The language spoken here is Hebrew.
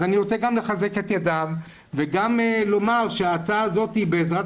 אז אני רוצה גם לחזק את ידיו וגם לומר שההצעה הזאת בעזרת